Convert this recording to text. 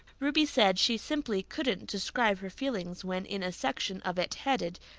ruby said she simply couldn't describe her feelings when in a section of it headed,